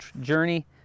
journey